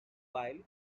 while